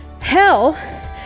Hell